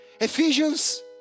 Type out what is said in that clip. Ephesians